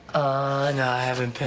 i and and